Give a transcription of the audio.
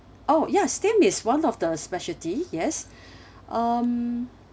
oh ya steam is one of the specialty yes um